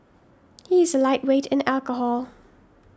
he is a lightweight in alcohol